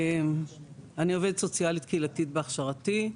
אני עובדת סוציאלית קהילתית בהכשרתי.